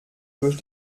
durch